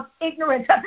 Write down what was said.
ignorance